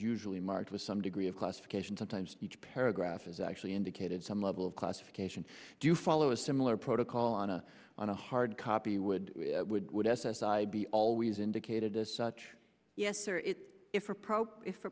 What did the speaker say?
usually marked with some degree of classification sometimes each paragraph is actually indicated some level of classification do you follow a similar protocol on a on a hard copy would would would s s i be always indicated as such yes or it if